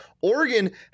Oregon